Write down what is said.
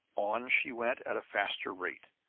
on she went at a faster rate,